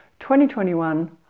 2021